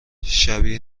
شبیه